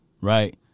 right